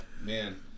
man